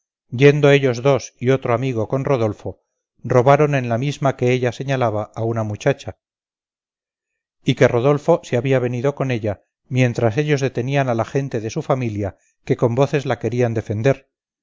yendo ellos dos y otro amigo con rodolfo robaron en la misma que ella señalaba a una muchacha y que rodolfo se había venido con ella mientras ellos detenían a la gente de su familia que con voces la querían defender